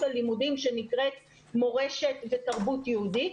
הלימודים שנקראת מורשת ותרבות יהודית,